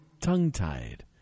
tongue-tied